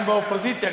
בחברי גם באופוזיציה.